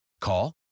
Call